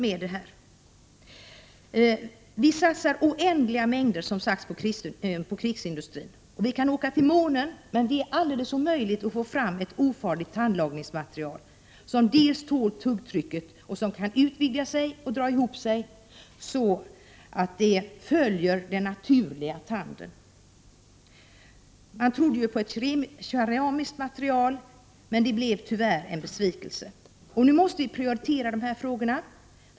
Vi satsar som sagt oändligt mycket på krigsindustri, och vi kan åka till månen, men det är helt omöjligt att få fram ett ofarligt tandlagningsmaterial som dels tål tuggtrycket, dels kan utvidga sig och dra ihop sig så att det följer den naturliga tanden. Man trodde ju på ett keramiskt material, men det blev tyvärr en besvikelse. Nu måste vi prioritera dessa frågor.